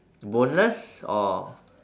boneless or